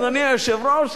אדוני היושב-ראש,